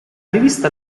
rivista